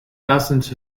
dozens